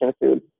food